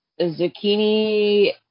Zucchini